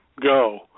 go